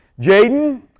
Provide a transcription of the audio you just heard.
Jaden